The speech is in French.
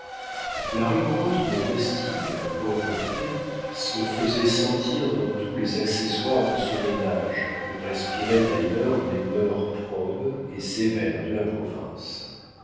la rigoureuse modestie de la pauvreté se faisait sentir dans tous les accessoires de ce ménage où respiraient d'ailleurs les mœurs probes et sévères de la province